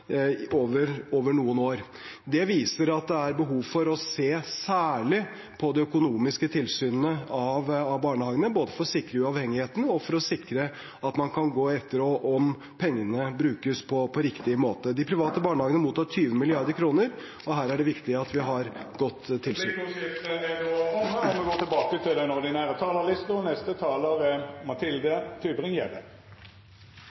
over noen år. Det viser at det er behov for å se særlig på de økonomiske tilsynene av barnehagene, både for å sikre uavhengigheten og for å sikre at man kan gå etter om pengene brukes på riktig måte. De private barnehagene mottar 20 mrd. kr, så her er det viktig at vi har godt tilsyn. Replikkordskiftet er då omme. Den siste kompetansereformen vi